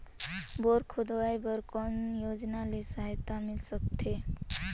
Bore खोदवाय बर कौन योजना ले सहायता मिल सकथे?